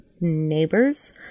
Neighbors